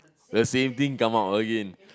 the same thing come out again